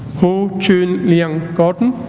ho choon liang gordon